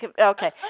okay